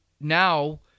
now